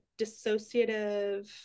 dissociative